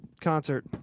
concert